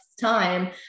time